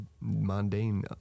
mundane